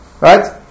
right